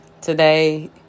today